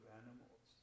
animals